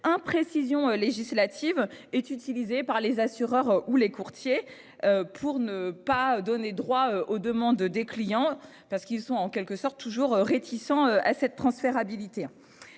imprécision législative est utilisé par les assureurs ou les courtiers. Pour ne pas donner droit aux demandes des clients parce qu'ils sont en quelque sorte toujours réticents à cette transférabilité